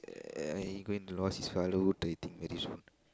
uh he going to lost his Fatherhood dating very soon